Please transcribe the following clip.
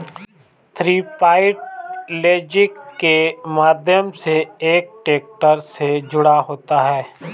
three point linkage के माध्यम से एक ट्रैक्टर से जुड़ा होता है